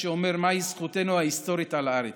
שאומר מהי זכותנו ההיסטורית על הארץ.